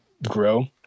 grow